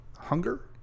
hunger